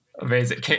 Amazing